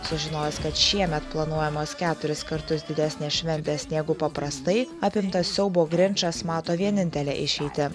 sužinojęs kad šiemet planuojamos keturis kartus didesnės šventės negu paprastai apimtas siaubo grinčas mato vienintelę išeitį